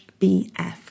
BF